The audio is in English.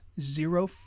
zero